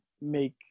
make